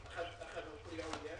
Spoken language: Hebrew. לחברות המפעילות מעונות.